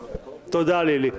תודה, לילי.